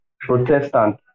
Protestant